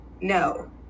No